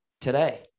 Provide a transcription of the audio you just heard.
today